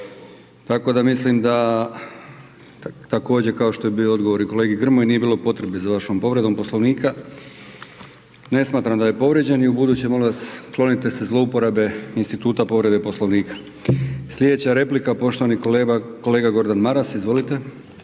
tako da mislim da također kao što je bio odgovor i kolegi Grmoji nije bilo potrebe za vašom povredom Poslovnika, ne smatram da je povrijeđen i ubuduće molim vas klonite se zlouporabe instituta povrede Poslovnika. Slijedeća replika poštovani kolega Gordan Maras, izvolite.